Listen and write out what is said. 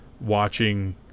watching